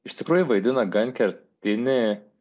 iš tikrųjų vaidina gan kertinį